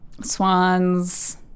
swans